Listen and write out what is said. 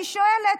אני שואלת: